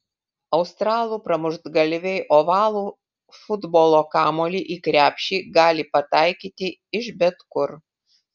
australų pramuštgalviai ovalų futbolo kamuolį į krepšį gali pataikyti iš bet kur